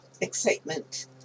Excitement